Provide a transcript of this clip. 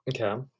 okay